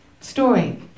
story